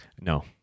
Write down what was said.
No